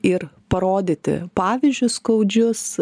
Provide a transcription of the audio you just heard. ir parodyti pavyzdžius skaudžius